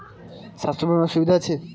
স্বাস্থ্য বিমার সুবিধা আছে?